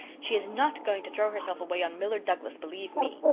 she is not going to throw herself away on miller douglas, believe me!